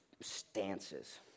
stances